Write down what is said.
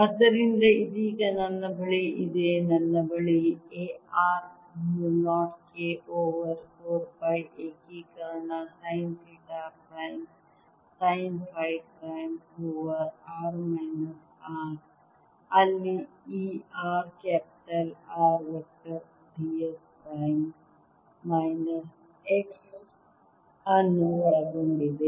ಆದ್ದರಿಂದ ಇದೀಗ ನನ್ನ ಬಳಿ ಇದೆ ನನ್ನ ಬಳಿ A r mu 0 K over 4 pi ಏಕೀಕರಣ sine theta prime sine phi prime over r minus R ಅಲ್ಲಿ ಈ r capital R vector d s prime minus x ಅನ್ನು ಒಳಗೊಂಡಿದೆ